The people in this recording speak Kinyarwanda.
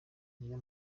niyo